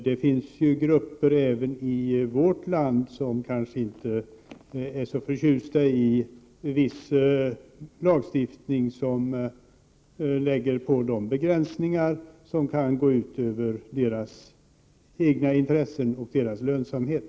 Det finns ju grupper även i vårt land som inte är förtjusta i viss lagstiftning som lägger på dem begränsningar som kan gå ut över deras egna intressen och deras lönsamhet.